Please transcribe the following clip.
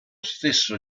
stesso